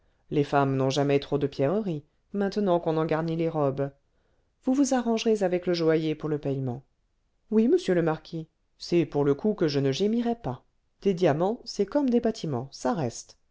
les femmes n'ont jamais trop de pierreries maintenant qu'on en garnit les robes vous vous arrangerez avec le joaillier pour le payement oui monsieur le marquis c'est pour le coup que je ne gémirai pas des diamants c'est comme des bâtiments ça reste